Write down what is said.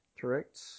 Correct